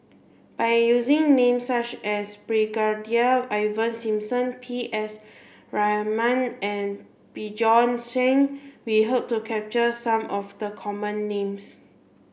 by using names such as Brigadier Ivan Simson P S Raman and Bjorn Shen we hope to capture some of the common names